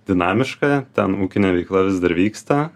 dinamiška ten ūkinė veikla vis dar vyksta